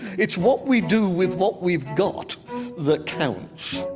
it's what we do with what we've got that counts